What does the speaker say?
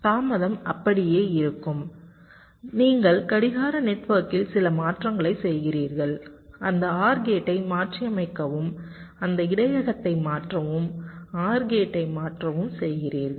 தாமதம் அப்படியே இருக்கும் நீங்கள் கடிகார நெட்வொர்க்கில் சில மாற்றங்களைச் செய்கிறீர்கள் அந்த OR கேட்டை மாற்றியமைக்கவும் அந்த இடையகத்தை மாற்றவும் OR கேட்டை மாற்றவும் செய்கிறீர்கள்